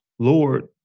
Lord